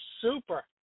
super